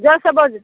जोर से बोलिए